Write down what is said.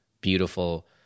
beautiful